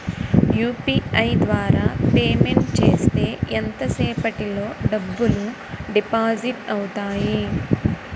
UPI ద్వారా payment చేస్తే ఎంత సేపటిలో డబ్బులు డిపాజిట్ అవుతాయి?